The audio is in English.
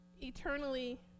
Eternally